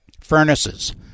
Furnaces